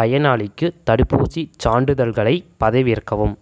பயனாளிக்கு தடுப்பூசிச் சான்றிதழ்களைப் பதிவிறக்கவும்